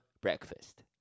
breakfast